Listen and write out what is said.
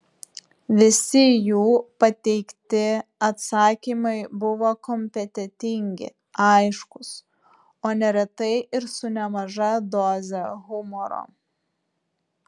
visi jų pateikti atsakymai buvo kompetentingi aiškūs o neretai ir su nemaža doze humoro